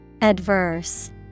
adverse